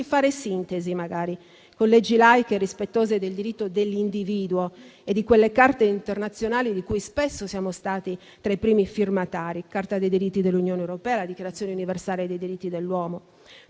fare sintesi, magari, con leggi laiche rispettose del diritto dell'individuo e di quelle Carte internazionali di cui spesso siamo stati tra i primi firmatari: la Carta dei diritti dell'Unione europea e la Dichiarazione universale dei diritti dell'uomo.